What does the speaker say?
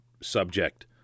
subject